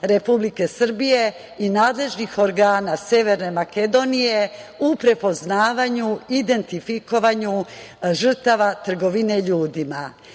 Republike Srbije i nadležnih organa Severne Makedonije u prepoznavanju i identifikovanju žrtava trgovine ljudima.